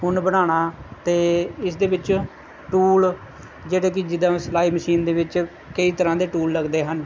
ਉੱਨ ਬਣਾਉਣਾ ਅਤੇ ਇਸ ਦੇ ਵਿੱਚ ਟੂਲ ਜਿਹੜੇ ਕਿ ਜਿੱਦਾਂ ਸਿਲਾਈ ਮਸ਼ੀਨ ਦੇ ਵਿੱਚ ਕਈ ਤਰ੍ਹਾਂ ਦੇ ਟੂਲ ਲੱਗਦੇ ਹਨ